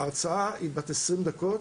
ההרצאה היא בת 20 דקות.